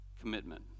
commitment